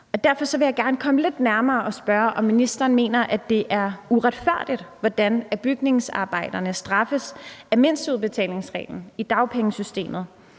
Derfor vil jeg gerne komme det lidt nærmere og spørge, om ministeren mener, at det er uretfærdigt, hvordan bygningsarbejderne straffes af mindsteudbetalingsreglen i dagpengesystemet,